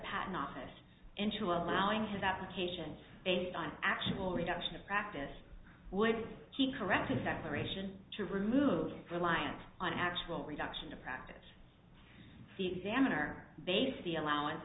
patent office into allowing his application based on actual reduction of practice would he correct a separation to remove reliance on actual reduction to practice the examiner basically allowing